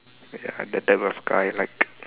ya that type of car I like